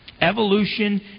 Evolution